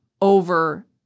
over